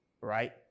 right